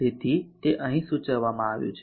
તેથી તે અહીં સૂચવવામાં આવ્યું છે